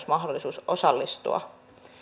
mahdollisuus osallistua